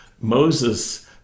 Moses